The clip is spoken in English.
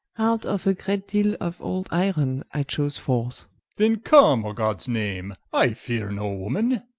out of a great deale of old iron, i chose forth then come a gods name, i feare no woman